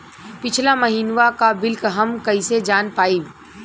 पिछला महिनवा क बिल हम कईसे जान पाइब?